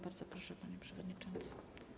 Bardzo proszę, panie przewodniczący.